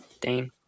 Dane